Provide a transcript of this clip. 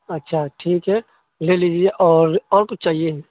اچھا ٹھیک ہے لے لیجیے اور اور کچھ چاہیے